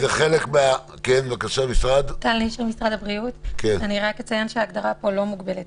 אני רק אציין שההגדרה פה לא מוגבלת,